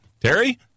Terry